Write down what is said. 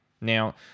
Now